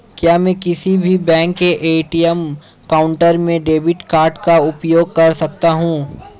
क्या मैं किसी भी बैंक के ए.टी.एम काउंटर में डेबिट कार्ड का उपयोग कर सकता हूं?